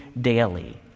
daily